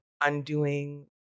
undoing